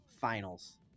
finals